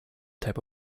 type